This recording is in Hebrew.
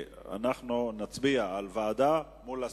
אנו נצביע על ועדה מול הסרה.